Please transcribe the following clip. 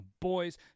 boys